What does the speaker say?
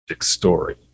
story